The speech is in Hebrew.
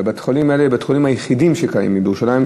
בתי-החולים האלה הם בתי-החולים היחידים שקיימים בירושלים,